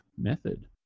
method